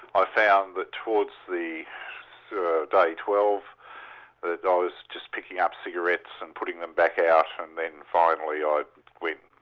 ah found that towards the day twelve that i was just picking up cigarettes and putting them back out and then finally i went, oh,